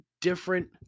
different